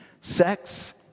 sex